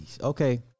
okay